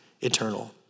eternal